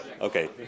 Okay